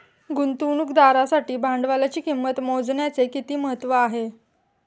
गुंतवणुकदारासाठी भांडवलाची किंमत मोजण्याचे किती महत्त्व आहे?